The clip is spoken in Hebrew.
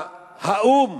האו"ם,